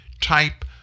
type